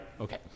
Okay